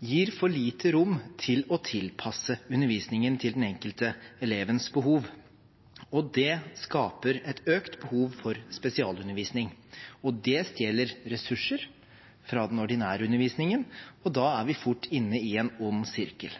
gir for lite rom til å tilpasse undervisningen til den enkelte elevens behov. Det skaper et økt behov for spesialundervisning, og det stjeler ressurser fra den ordinære undervisningen. Da er vi fort inne i en ond sirkel.